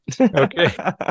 Okay